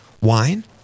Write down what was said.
wine